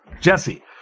Jesse –